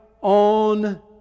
on